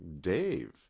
Dave